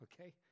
okay